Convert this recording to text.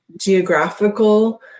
geographical